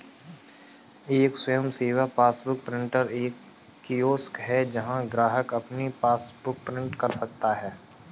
एक स्वयं सेवा पासबुक प्रिंटर एक कियोस्क है जहां ग्राहक अपनी पासबुक प्रिंट कर सकता है